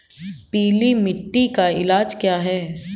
पीली मिट्टी का इलाज क्या है?